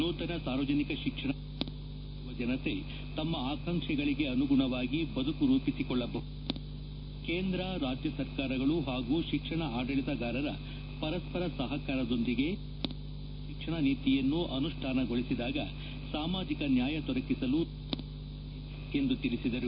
ನೂತನ ಸಾರ್ವಜನಿಕ ಶಿಕ್ಷಣ ನೀತಿಯಿಂದ ಯುವಜನತೆ ತಮ್ಮ ಆಕಾಂಕ್ಷೆಗಳಿಗೆ ಅನುಗುಣವಾಗಿ ಬದುಕು ರೂಪಿಸಿಕೊಳ್ಳಬಹುದಾಗಿದೆ ಕೇಂದ್ರ ರಾಜ್ಯ ಸರ್ಕಾರಗಳು ಹಾಗೂ ಶಿಕ್ಷಣ ಆಡಳಿತಗಾರರ ಪರಸ್ಪರ ಸಹಕಾರದೊಂದಿಗೆ ರಾಷ್ಟೀಯ ಶಿಕ್ಷಣ ನೀತಿಯನ್ನು ಅನುಷ್ಠಾನಗೊಳಿಸಿದಾಗ ಸಾಮಾಜಿಕ ನ್ಯಾಯ ದೊರಕಿಸಲು ಸಾಧ್ಯವಾಗಲಿದೆ ಎಂದು ತಿಳಿಸಿದರು